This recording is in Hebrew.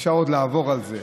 אפשר עוד לעבור על זה,